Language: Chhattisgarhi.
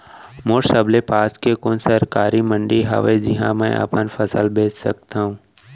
मोर सबले पास के कोन सरकारी मंडी हावे जिहां मैं अपन फसल बेच सकथव?